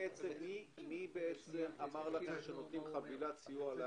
מי אמר לכם שנותנים חבילת סיוע להר-טוב?